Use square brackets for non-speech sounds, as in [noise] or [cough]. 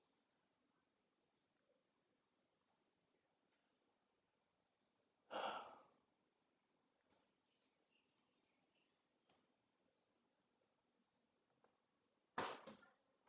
[breath]